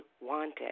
wanted